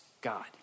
God